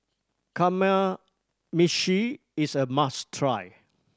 kamameshi is a must try